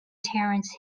terence